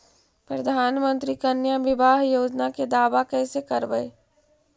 प्रधानमंत्री कन्या बिबाह योजना के दाबा कैसे करबै?